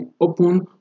open